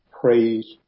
Praise